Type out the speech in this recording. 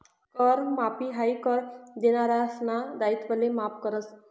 कर माफी हायी कर देनारासना दायित्वले माफ करस